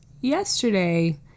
Yesterday